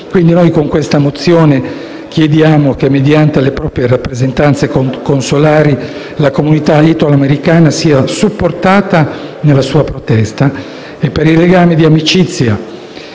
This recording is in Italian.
Quindi noi con questa mozione chiediamo che, mediante le proprie rappresentanze consolari, la comunità italoamericana sia supportata nella sua protesta e che, per il legame di amicizia